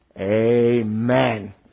Amen